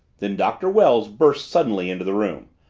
then doctor wells burst suddenly into the room,